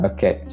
Okay